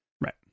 Right